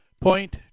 point